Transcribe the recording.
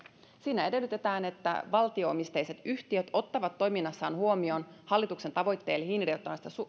siinä edellytetään että valtio omisteiset yhtiöt ottavat toiminnassaan huomioon hallituksen tavoitteen hiilineutraalista